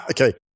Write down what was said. Okay